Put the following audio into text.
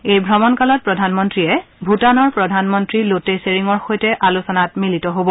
এই ভ্ৰমণকালত প্ৰধানমন্ত্ৰীয়ে ভূটানৰ প্ৰধানমন্ত্ৰী লোটে চেৰিঙৰ সৈতে আলোচনাত মিলিত হ'ব